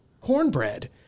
cornbread